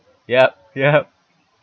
yup yup